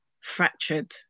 fractured